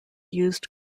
used